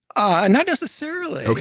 ah not necessarily